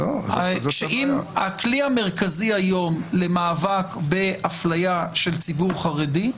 הכלי המרכזי היום למאבק בהפליה של ציבור חרדי,